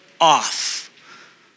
off